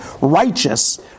righteous